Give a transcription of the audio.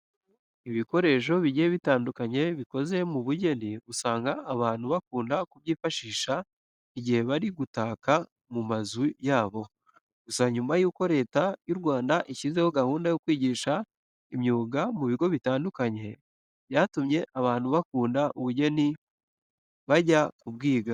Ibikoresho bigiye bitandukanye bikoze mu bugeni usanga abantu bakunda kubyifashisha igihe bari gutaka mu mazu yabo. Gusa nyuma yuko Leta y'u Rwanda ishyizeho gahunda yo kwigisha imyuga mu bigo bitandukanye byatumye abantu bakunda ubugeni bajya kubwiga.